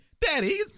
daddy